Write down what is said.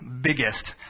biggest